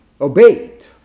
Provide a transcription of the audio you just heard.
Obeyed